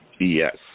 Yes